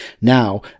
now